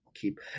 keep